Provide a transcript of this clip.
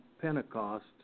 Pentecost